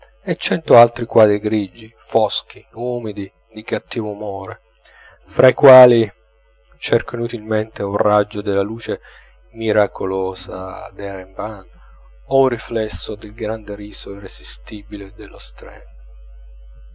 e cento altri quadri grigi foschi umidi di cattivo umore fra i quali cerco inutilmente un raggio della luce miracolosa del rembrandt o un riflesso del grande riso irresistibile dello steen